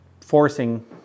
forcing